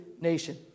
nation